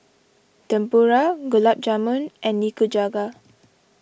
Tempura Gulab Jamun and Nikujaga